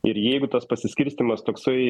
ir jeigu tas pasiskirstymas toksai